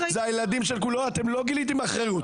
לא, אתם לא גיליתם אחריות.